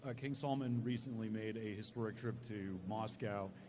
ah king salman recently made a historic trip to moscow,